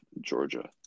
Georgia